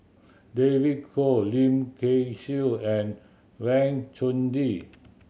David Kwo Lim Kay Siu and Wang Chunde